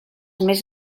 més